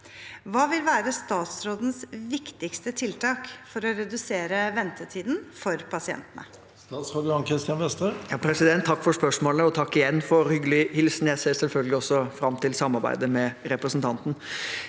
Hva vil være statsrådens viktigste tiltak for å redusere ventetiden for pasientene?»